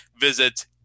visit